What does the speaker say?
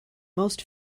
most